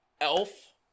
Elf